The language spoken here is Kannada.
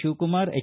ಶಿವಕುಮಾರ ಎಚ್